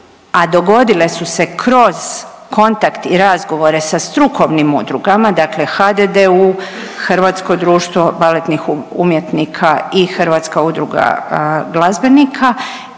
a dogodile su se kroz kontakt i razgovore sa strukovnim udrugama, dakle HDDU Hrvatsko društvo baletnih umjetnika i Hrvatska udruga glazbenika